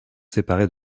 séparés